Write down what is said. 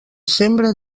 sembra